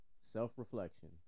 self-reflection